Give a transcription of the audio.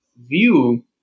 view